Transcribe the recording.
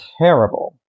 terrible